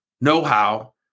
know-how